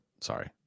Sorry